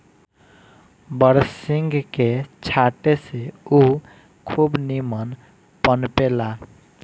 बरसिंग के छाटे से उ खूब निमन पनपे ला